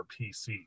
PC